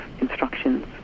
instructions